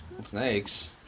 Snakes